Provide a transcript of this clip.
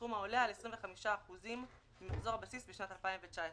בסכום העולה על 25% ממחזור הבסיס בשנת 2019,